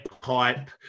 pipe